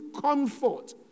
comfort